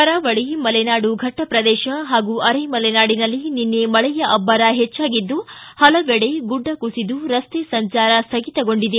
ಕರಾವಳಿ ಮಲೆನಾಡು ಫೆಟ್ಟ ಪ್ರದೇಶ ಹಾಗೂ ಅರೆ ಮಲೆನಾಡಿನಲ್ಲಿ ನಿನ್ನೆ ಅಬ್ಬರ ಹೆಚ್ಚಾಗಿದ್ದು ಹಲವೆಡೆ ಗುಡ್ಡ ಕುಸಿದು ರಸ್ತೆ ಸಂಚಾರ ಸ್ವಗಿತಗೊಂಡಿದೆ